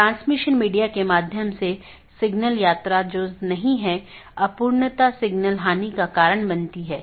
इसलिए हमारे पास BGP EBGP IBGP संचार है